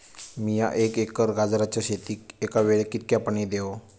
मीया एक एकर गाजराच्या शेतीक एका वेळेक कितक्या पाणी देव?